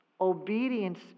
Obedience